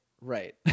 Right